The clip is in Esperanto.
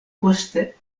poste